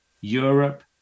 Europe